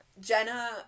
Jenna